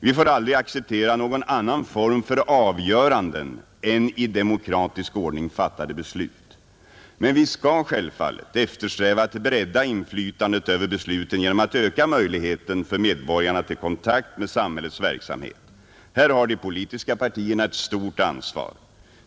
Vi får aldrig acceptera någon annan form för avgöranden än i demokratisk ordning fattade beslut. Men vi skall självfallet eftersträva att bredda inflytandet över besluten genom att öka möjligheten för medborgarna till kontakt med samhällets verksamhet. Här har de politiska partierna ett stort ansvar.